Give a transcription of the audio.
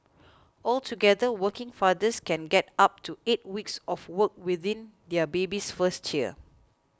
altogether working fathers can get up to eight weeks off work within their baby's first year